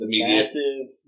Massive